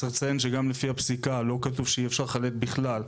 צריך לציין שגם לפי הפסיקה לא כתוב שאי אפשר לחלט בכלל.